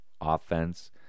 offense